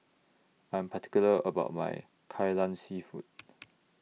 I'm particular about My Kai Lan Seafood